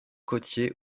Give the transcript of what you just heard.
côtier